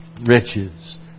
riches